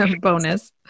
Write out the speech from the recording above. bonus